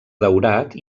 daurat